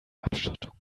abschottung